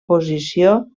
posició